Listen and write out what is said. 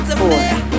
four